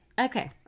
okay